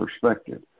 perspective